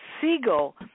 Siegel